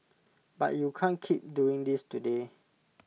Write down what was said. but you can't keep doing this today